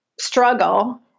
struggle